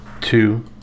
two